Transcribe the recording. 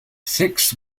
six